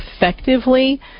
effectively